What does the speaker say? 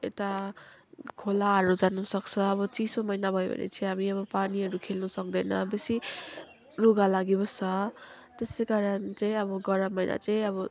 यता खोलाहरू जानुसक्छ अब चिसो महिना भयो भने चाहिँ अब यो पानीहरू खेल्नु सक्दैन बेसी रुगा लागिबस्छ त्यसैकारण चाहिँ अब गरम महिना चाहिँ अब